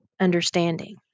understanding